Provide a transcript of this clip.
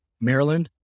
Maryland